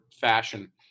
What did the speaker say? fashion